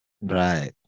Right